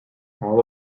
all